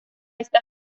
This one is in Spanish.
esta